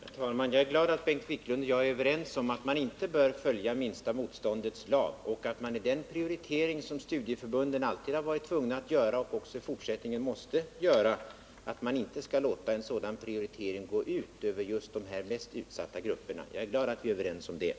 Herr talman! Jag är glad att Bengt Wiklund och jag är överens om att man inte bör följa minsta motståndets lag och att man inte skall låta den prioritering som studieförbunden alltid varit tvungna att göra och också i fortsättningen måste göra gå ut över de mest utsatta grupperna. Jag är glad att vi är överens om detta.